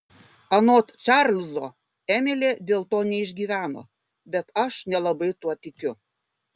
anot čarlzo emilė dėl to neišgyveno bet aš nelabai tuo tikiu